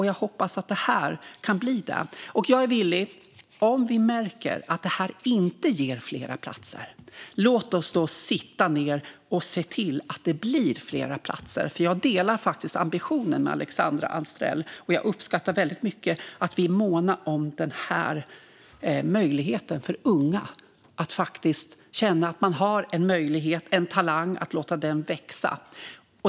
Jag hoppas att det här kan göra att det blir det. Om vi märker att det här inte ger fler platser, låt oss då sitta ned tillsammans och se till att det blir fler platser! Jag delar faktiskt ambitionen med Alexandra Anstrell, och jag uppskattar väldigt mycket att vi är måna om att unga ska få känna att de har en talang och en möjlighet att låta den växa.